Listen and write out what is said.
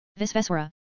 Visveswara